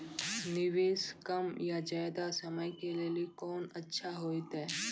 निवेश कम या ज्यादा समय के लेली कोंन अच्छा होइतै?